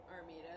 Armida